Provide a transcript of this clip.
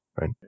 right